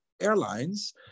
airlines